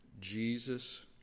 Jesus